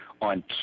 on